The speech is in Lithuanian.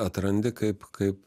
atrandi kaip kaip